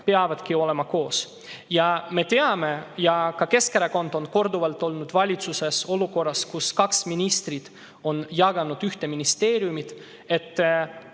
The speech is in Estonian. peavadki käima koos. Me teame – ka Keskerakond on korduvalt olnud valitsuses olukorras, kus kaks ministrit on jaganud ühte ministeeriumi –, et